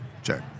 Check